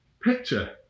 picture